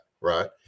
Right